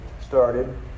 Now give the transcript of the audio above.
started